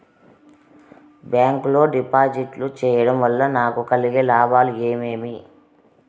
Bank లో డిపాజిట్లు సేయడం వల్ల నాకు కలిగే లాభాలు ఏమేమి?